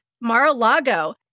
Mar-a-Lago